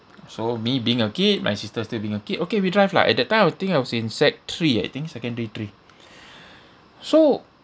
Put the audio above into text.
so me being a kid my sister still being a kid okay we drive lah at that time I think I was in sec three I think secondary three so